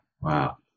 Wow